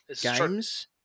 games